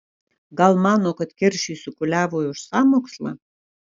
gal mano kad keršysiu kuliavui už sąmokslą